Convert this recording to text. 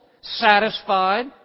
satisfied